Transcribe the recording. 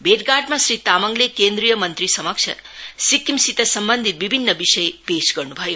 भेटघाटमा श्री तामाङले केन्द्रीय मंत्री समक्ष सिक्किमसित सम्वन्धित विभिन्न विषय पेश गर्न् भयो